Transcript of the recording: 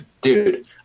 Dude